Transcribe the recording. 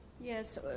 Yes